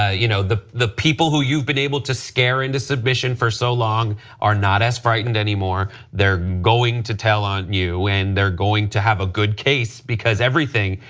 ah you know the the people who you been able to scare into submission for so long are not as frightened anymore. they are going to tell on you and they are going to have a good case because everything,